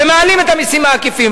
ומעלים את המסים העקיפים.